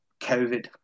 COVID